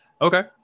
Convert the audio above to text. Okay